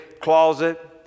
closet